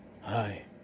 Hi